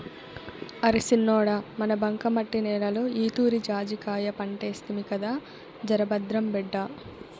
అరే సిన్నోడా మన బంకమట్టి నేలలో ఈతూరి జాజికాయ పంటేస్తిమి కదా జరభద్రం బిడ్డా